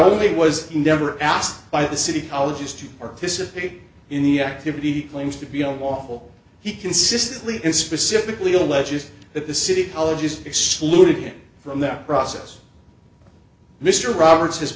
only was he never asked by the city colleges to participate in the activity claims to be a lawful he consistently and specifically alleges that the city college is excluded from that process mr roberts